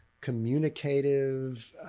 communicative